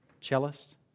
Cellist